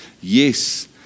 yes